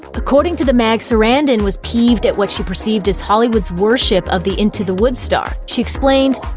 according to the mag, sarandon was peeved at what she perceived as hollywood's worship of the into the woods star. she explained,